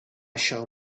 shall